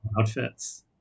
outfits